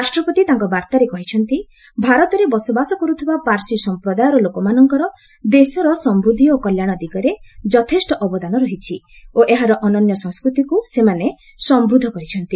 ରାଷ୍ଟ୍ରପତି ତାଙ୍କର ବାର୍ତ୍ତାରେ କହିଛନ୍ତି ଭାରତରେ ବସବାସ କରୁଥିବା ପାର୍ସୀ ସମ୍ପ୍ରଦାୟର ଲୋକମାନଙ୍କର ଦେଶର ସମୂଦ୍ଧି ଓ କଲ୍ୟାଣ ଦିଗରେ ଯଥେଷ୍ଟ ଅବଦାନ ରହିଛି ଓ ଏହାର ଅନନ୍ୟ ସଂସ୍କୃତିକୁ ସେମାନେ ସମୂଦ୍ଧ କରିଛନ୍ତି